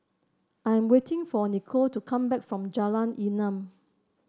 I am waiting for Nicolle to come back from Jalan Enam